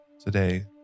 Today